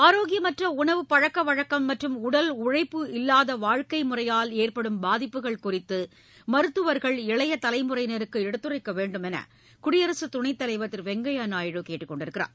ஆரோக்கியமற்ற உணவு பழக்க வழக்கம் மற்றம் உடல் உழைப்பு அல்லாத வாழ்க்கை முறையால் ஏற்படும் பாதிப்புகள் குறித்து மருத்துவா்கள் இளைய தலைமுறையினருக்கு எடுத்துரைக்க வேண்டும் என குடியரசுத் துணைத்தலைவர் திரு வெங்கையா நாயுடு கேட்டுக்கொண்டுள்ளார்